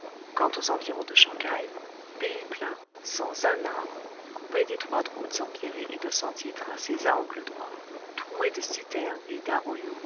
quant aux environs de shang haï pays plat sans un arbre coupé d'étroites routes empierrées et de sentiers tracés à angles droits troué de citernes et